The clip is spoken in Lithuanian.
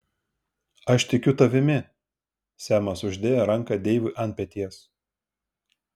aš tikiu tavimi semas uždėjo ranką deivui ant peties